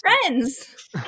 friends